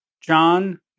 John